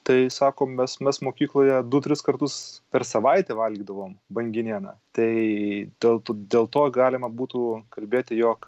tai sako mes mes mokykloje du tris kartus per savaitę valgydavom banginieną tai dėl to dėl to galima būtų kalbėti jog